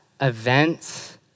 events